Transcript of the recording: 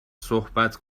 صحبت